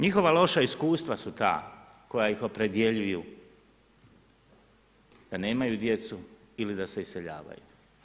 Njihova loša iskustva su ta koja ih opredjeljuju da nemaju djecu ili da se iseljavaju.